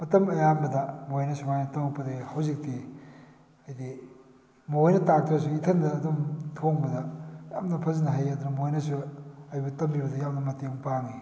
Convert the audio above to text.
ꯃꯇꯝ ꯑꯌꯥꯝꯕꯗ ꯃꯣꯏꯅ ꯁꯨꯃꯥꯏꯅ ꯇꯧꯔꯛꯄꯗꯩ ꯍꯧꯖꯤꯛꯇꯤ ꯍꯥꯏꯗꯤ ꯃꯣꯏꯅ ꯇꯥꯛꯇ꯭ꯔꯁꯨ ꯏꯊꯟꯗ ꯑꯗꯨꯝ ꯊꯣꯡꯕꯗ ꯌꯥꯝꯅ ꯐꯖꯅ ꯍꯩꯔꯦ ꯑꯗꯨꯅ ꯃꯣꯏꯅꯁꯨ ꯑꯩꯕꯨ ꯇꯝꯕꯤꯕꯗ ꯌꯥꯝꯅ ꯃꯇꯦꯡ ꯄꯥꯡꯏ